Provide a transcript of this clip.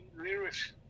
lyrics